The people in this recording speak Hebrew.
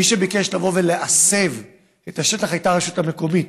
מי שביקש להסב את השטח היה הרשות המקומית,